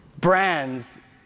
Brands